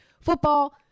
Football